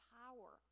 power